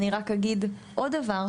אני רק אגיד עוד דבר,